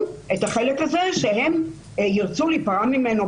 את החלק הזה שהם ירצו להיפרע ממנו,